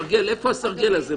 איפה הסרגל הזה?